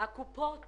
שהקופות